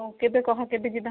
ହଉ କେବେ କହ କେବେ ଯିବା